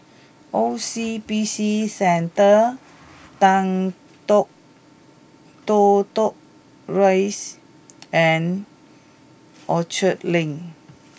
O C B C Centre Toh Tuck Rise and Orchard Link